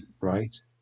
right